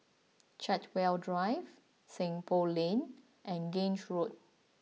Chartwell Drive Seng Poh Lane and Grange Road